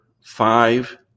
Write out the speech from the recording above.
five